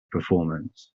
performance